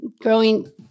growing